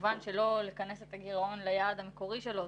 כמובן שלא לכנס את הגירעון ליעד המקורי שלו.